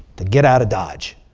to get out of dodge,